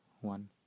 one